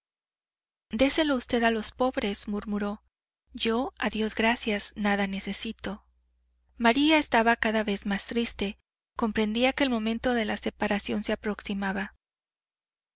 déselo usted a los pobres murmuró yo a dios gracias nada necesito maría estaba cada vez más triste comprendía que el momento de la separación se aproximaba